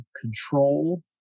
control